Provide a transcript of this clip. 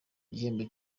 ibihembo